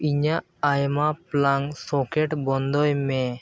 ᱤᱧᱟᱹᱜ ᱟᱭᱢᱟ plug socket ᱵᱚᱱᱫᱚᱭᱢᱮ